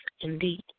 indeed